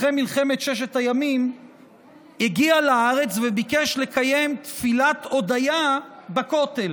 אחרי מלחמת ששת הימים הגיע לארץ וביקש לקיים תפילת הודיה בכותל,